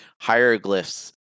hieroglyphs